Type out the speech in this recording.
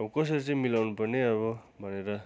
अब कसरी चाहिँ मिलाउनु पर्ने अब भनेर